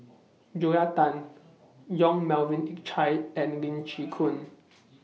Julia Tan Yong Melvin Yik Chye and Lee Chin Koon